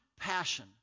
passion